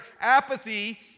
Apathy